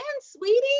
sweetie